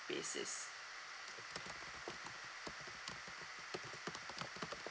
basis